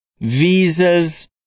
visas